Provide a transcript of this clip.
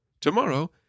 Tomorrow